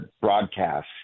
broadcast